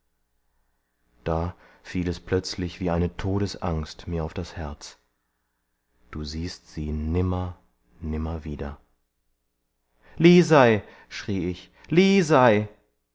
da fiel es plötzlich wie eine todesangst mir auf das herz du siehst sie nimmer nimmer wieder lisei schrie ich lisei